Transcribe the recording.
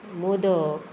modak